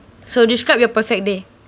so describe your perfect day